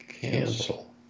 Cancel